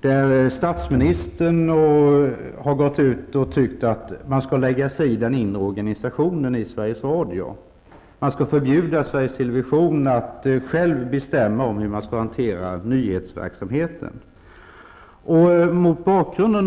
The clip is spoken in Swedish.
där statsministern har sagt att han tycker att man skall lägga sig i den inre organisationen i fråga om Television att själv bestämma hur nyhetsverksamheten skall hanteras.